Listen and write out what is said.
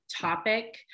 topic